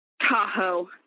Tahoe